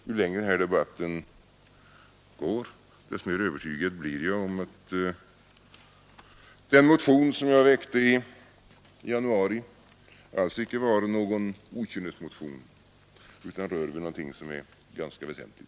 Ju längre den här debatten pågår, desto mer övertygad blir jag om att den motion som jag väckte i januari alls inte var någon okynnesmotion utan rör vid någonting som är ganska väsentligt.